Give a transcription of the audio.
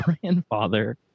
grandfather